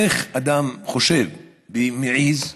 איך אדם חושב ומעז לתקוף,